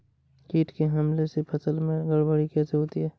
कीट के हमले से फसल में गड़बड़ी कैसे होती है?